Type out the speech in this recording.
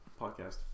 podcast